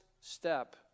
step